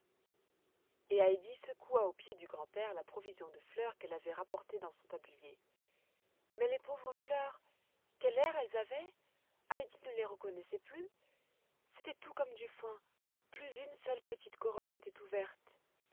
et heidi secoua aux pieds du grand-père la provision de fleurs qu'elle avait apportées dans son tablier mais les pauvres fleurs quel air elles avaient heidi ne les reconnaissait plus c'était tout comme du foin plus une seule petite corolle n'était ouverte